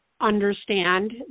understand